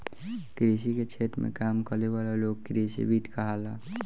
कृषि के क्षेत्र में काम करे वाला लोग कृषिविद कहाला